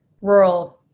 rural